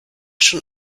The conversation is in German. schon